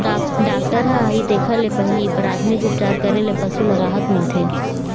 doctor ह आही तेखर ले पहिली पराथमिक उपचार करे ले पशु ल राहत मिलथे